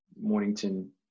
Mornington